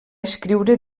escriure